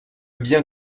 bien